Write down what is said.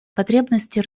потребности